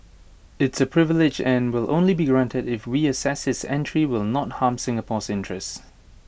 it's A privilege and IT will only be granted if we assess his entry will not harm Singapore's interests